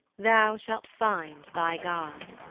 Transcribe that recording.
thou shalt find thy god.